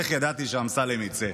איך ידעתי שאמסלם יצא.